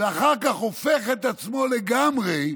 ואחר כך הופך את עצמו לגמרי,